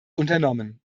unternommen